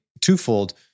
twofold